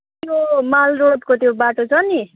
त्यो मालरोडको त्यो बाटो छ नि